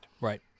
Right